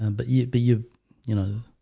and but yet be you, you know,